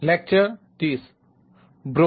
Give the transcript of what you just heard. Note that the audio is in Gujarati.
કેમ છો